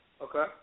Okay